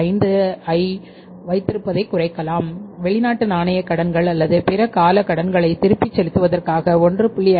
5 ஐ வைத்திருப்பதை குறைக்கலாம் வெளிநாட்டு நாணயக் கடன்கள் அல்லது பிற கால கடன்களை திருப்பிச் செலுத்துவதற்காக 1